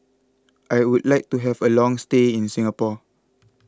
I would like to have a long stay in Singapore